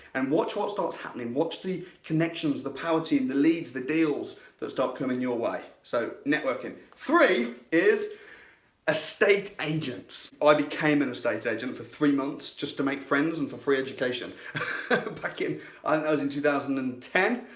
and watch what starts happening. watch the connections, the power teams, the leads, the deals that start coming your way. so networking. three is estate agents. i became an estate agent for three months just to make friends and for free education back in. that and was in two thousand and ten.